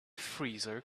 freezer